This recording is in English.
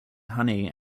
honey